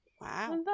Wow